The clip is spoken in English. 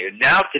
now